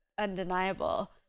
undeniable